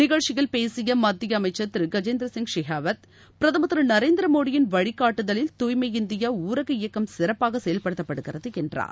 நிகழ்ச்சியில் பேசிய மத்திய அமைச்சர் திரு கஜேந்திர சிங் ஷெகாவத் பிரதமர் திரு நரேந்திர மோடியின் வழிகாட்டுதலில் தூய்மை இந்தியா ஊரக இயக்கம் சிறப்பாக செயல்படுத்தப்படுகிறது என்றார்